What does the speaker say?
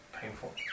painful